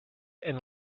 and